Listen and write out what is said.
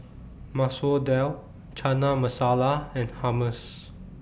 Masoor Dal Chana Masala and Hummus